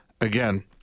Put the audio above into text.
Again